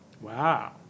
Wow